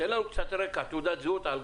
יקבל גם